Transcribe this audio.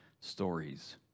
stories